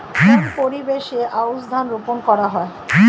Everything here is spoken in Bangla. কোন পরিবেশে আউশ ধান রোপন করা হয়?